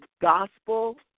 gospel